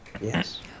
Yes